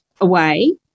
away